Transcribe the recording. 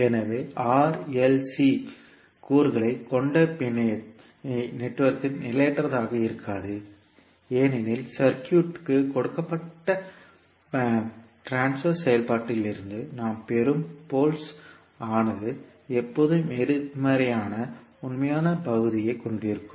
எனவே R L மற்றும் C கூறுகளைக் கொண்ட பிணையத்தில் நிலையற்றதாக இருக்காது ஏனெனில் சர்க்யூட்க்கு கொடுக்கப்பட்ட பரிமாற்ற செயல்பாட்டிலிருந்து நாம் பெறும் போல்ஸ் ஆனது எப்போதும் எதிர்மறையான உண்மையான பகுதியைக் கொண்டிருக்கும்